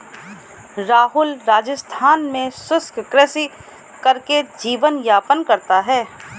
राहुल राजस्थान में शुष्क कृषि करके जीवन यापन करता है